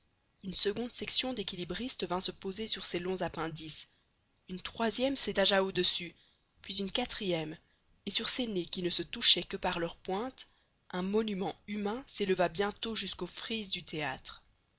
une seconde section d'équilibristes vint se poser sur ces longs appendices une troisième s'étagea au-dessus puis une quatrième et sur ces nez qui ne se touchaient que par leur pointe un monument humain s'éleva bientôt jusqu'aux frises du théâtre